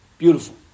beautiful